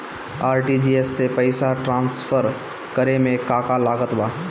RTGS से पईसा transfer करे मे का का लागत बा?